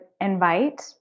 invite